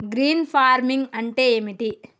Green farming అంటే ఏమిటి?